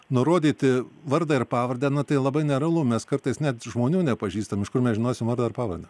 nurodyti vardą ir pavardę nu tai labai nerealu mes kartais net žmonių nepažįstam iš kur mes žinosim vardą ir pavardę